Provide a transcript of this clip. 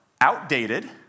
outdated